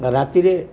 ବା ରାତିରେ